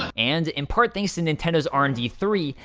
and, in part thanks to nintendo's r and d three,